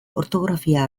ortografia